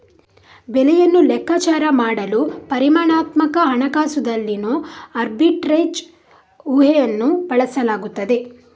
ಬೆಲೆಯನ್ನು ಲೆಕ್ಕಾಚಾರ ಮಾಡಲು ಪರಿಮಾಣಾತ್ಮಕ ಹಣಕಾಸುದಲ್ಲಿನೋ ಆರ್ಬಿಟ್ರೇಜ್ ಊಹೆಯನ್ನು ಬಳಸಲಾಗುತ್ತದೆ